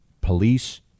police